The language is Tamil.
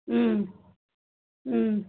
ம் ம்